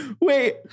Wait